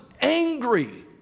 angry